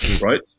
right